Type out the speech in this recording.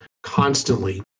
constantly